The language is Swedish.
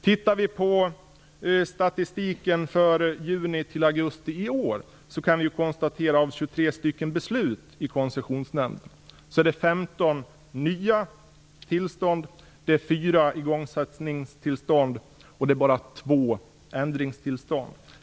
Tittar vi på statistiken för juni till augusti i år kan vi konstatera följande: Av 23 beslut i Koncessionsnämnden är 15 nya tillstånd, 4 igångsättningstillstånd, och bara 2 ändringstillstånd.